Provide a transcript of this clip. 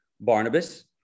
Barnabas